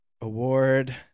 Award